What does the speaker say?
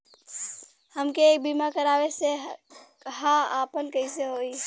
हमके एक बीमा करावे के ह आपन कईसे होई?